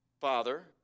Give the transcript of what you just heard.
Father